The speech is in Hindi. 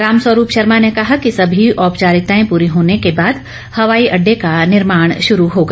रामस्वरूप शर्मा ने कहा कि सभी औपचारिकताएं पूरी होने के बाद हवाई अड्डे का निर्माण शुरू होगा